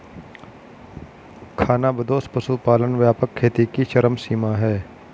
खानाबदोश पशुपालन व्यापक खेती की चरम सीमा है